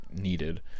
needed